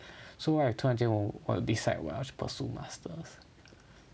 so what if 突然间我 decide 我要去 pursue masters